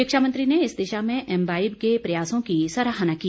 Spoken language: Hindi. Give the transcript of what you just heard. शिक्षा मंत्री ने इस दिशा में एम्बाईब के प्रयासों की सराहना की